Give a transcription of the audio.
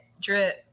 drip